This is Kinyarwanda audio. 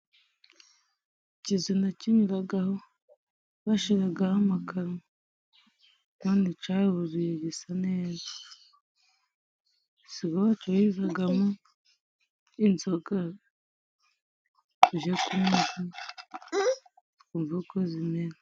Ikizu nakiniragaho bashiragaho amakaro, kandi caruzuye gisa neza, sibwo bacururizagamo inzoga tujye kunywaga twumve uko zimera.